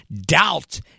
doubt